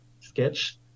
sketch